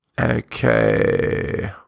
Okay